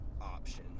option